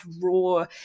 raw